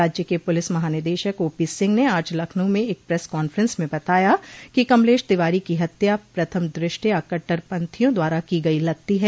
राज्य के पुलिस महानिदेशक ओपी सिंह ने आज लखनऊ में एक प्रेस कान्फ्रेंस में बताया कि कमलेश तिवारी की हत्या प्रथम दृष्टया कहरपंथियों द्वारा की गयी लगती है